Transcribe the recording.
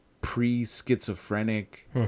pre-schizophrenic